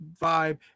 vibe